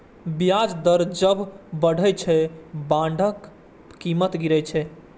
ब्याज दर जब बढ़ै छै, बांडक कीमत गिरै छै